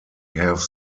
have